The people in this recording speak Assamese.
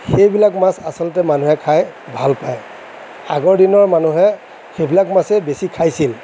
সেইবিলাক মাছ আচলতে মানুহে খায় ভাল পায় আগৰ দিনৰ মানুহে সেইবিলাক মাছেই বেছি খাইছিল